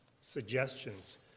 suggestions